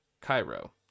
Cairo